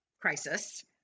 crisis